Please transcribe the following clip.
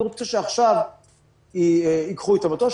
אני רוצה שעכשיו ייקחו את המטוש.